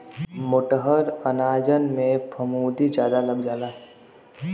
मोटहर अनाजन में फफूंदी जादा लग जाला